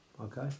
Okay